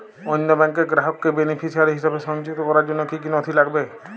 অন্য ব্যাংকের গ্রাহককে বেনিফিসিয়ারি হিসেবে সংযুক্ত করার জন্য কী কী নথি লাগবে?